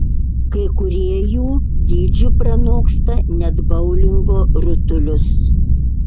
kai kurie jų dydžiu pranoksta net boulingo rutulius